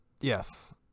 Yes